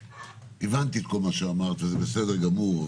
הבנתי את כל מה שאמרת, וזה בסדר גמור.